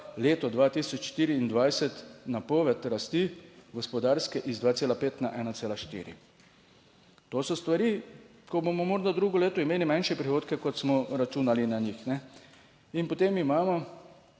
leto 2024 napoved rasti, gospodarske iz, 2,5 na 1,4. To so stvari, ko bomo morda drugo leto imeli manjše prihodke, kot smo računali na njih, ne? In potem imamo